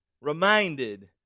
reminded